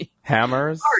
Hammers